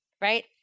right